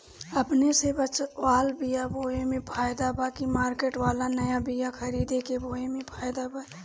अपने से बचवाल बीया बोये मे फायदा बा की मार्केट वाला नया बीया खरीद के बोये मे फायदा बा?